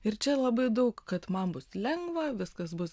ir čia labai daug kad man bus lengva viskas bus